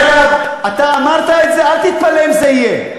דרך אגב, אתה אמרת את זה, אל תתפלא אם זה יהיה.